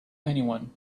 anyone